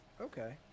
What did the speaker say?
Okay